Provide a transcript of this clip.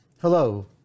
Hello